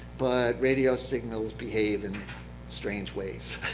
but radio signals behave in strange ways.